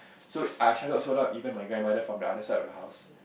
so I shouted so loud even my grandmother from the other side of the house